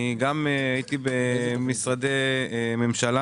אני גם הייתי במשרדי ממשלה